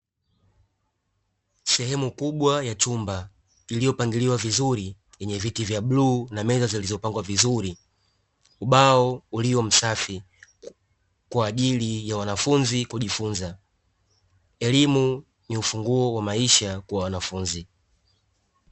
Sehemu kubwa ya chumba iliyopangiliwa vizuri yenye viti vya bluu na meza zilizopangwa vizuri, ubao ulio msafi kwa ajili ya wanafunzi kujifunza. Elimu ni ufunguo wa maisha kwa wanafunzi.